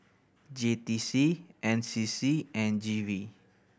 J T C N C C and G V